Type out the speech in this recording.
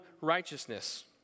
righteousness